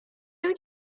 نمی